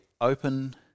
open